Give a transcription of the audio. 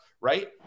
right